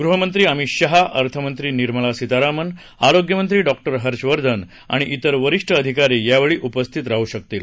गृहमंत्री अमित शहा अर्थमंत्री निर्मला सीतारामन आरोग्य मंत्री डॉ हर्ष वर्धन आणि त्रिर वरिष्ठ अधिकारी यावेळी उपस्थित राहू शकतात